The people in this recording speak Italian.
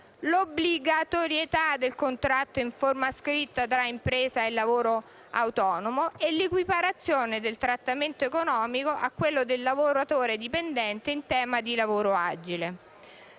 l'obbligatorietà del contratto in forma scritta tra impresa e lavoratore autonomo e l'equiparazione del trattamento economico a quello del lavoratore dipendente in tema di lavoro agile.